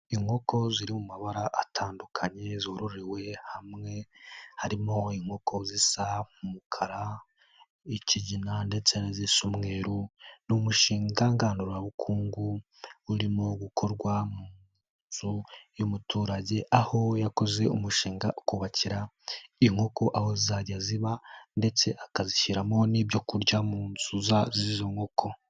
Inkoko ziri mu mabara atandukanye zororewe hamwe, harimo inkoko zisa umukara, ikigina ndetse n'izisa umweru, ni umushinga ngandurabukungu, urimo gukorwa mu nzu y'umuturage, aho yakoze umushinga ukubakira inkoko aho zizajya ziba ndetse akazishyiramo n'ibyo kurya mu nzu z'izo nkoko.